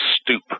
stoop